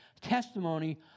testimony